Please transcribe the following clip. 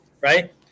right